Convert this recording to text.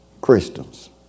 Christians